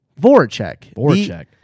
Voracek